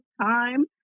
time